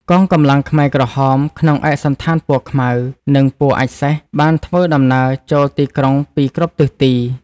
កងកម្លាំងខ្មែរក្រហមក្នុងឯកសណ្ឋានពណ៌ខ្មៅ និងពណ៌អាចម៍សេះ បានធ្វើដំណើរចូលទីក្រុងពីគ្រប់ទិសទី។